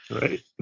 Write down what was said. Right